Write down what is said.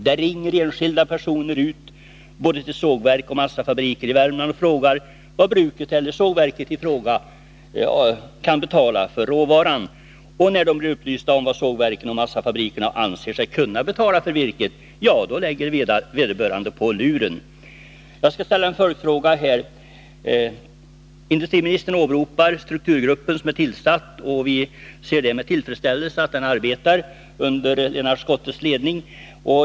Det ringer enskilda personer till både sågverk och massafabriker i Värmland och frågar vad bruket eller sågverket i fråga kan betala för råvaran. När de blir upplysta om vad sågverken och massafabrikerna anser sig kunna betala för virket lägger vederbörande på luren. Jag skall ställa en följdfråga. Industriministern åberopar strukturgruppen som är tillsatt, och vi ser med tillfredsställelse att den arbetar under Lennart Schottes ledning.